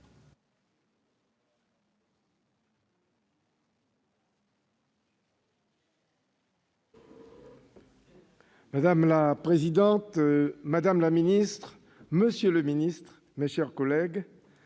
Madame la présidente, madame la ministre, monsieur le ministre, messieurs les